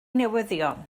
newyddion